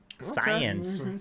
science